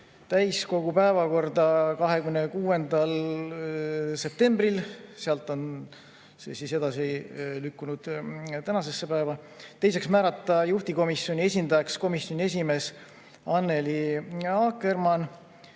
täiskogu päevakorda 26. septembril, sealt on see edasi lükkunud tänasesse päeva. Teiseks, määrata juhtivkomisjoni esindajaks komisjoni esimees Annely Akkermann,